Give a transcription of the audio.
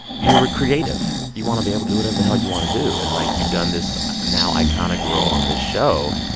you're a creative. you want to be able to do whatever the hell you want to do. and, like, you've done this now iconic role on this show.